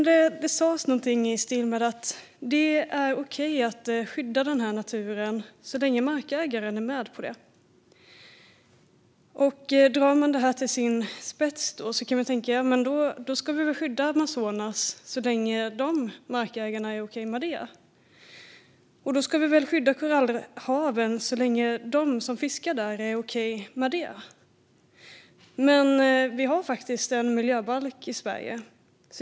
Det sas någonting i stil med att det är okej att skydda naturen så länge markägaren är med på det. Drar man detta till sin spets kan man tänka: Då ska vi väl skydda Amazonas så länge de markägarna är okej med det. Då ska vi väl skydda korallhaven så länge de som fiskar där är okej med det. Men vi har faktiskt en miljöbalk i Sverige.